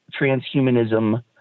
transhumanism